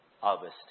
harvest